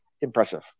impressive